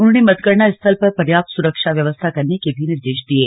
उन्होंने मतगणना स्थल पर पर्याप्त सुरक्षा व्यवस्था करने के भी निर्देश दिये